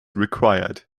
required